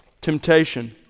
temptation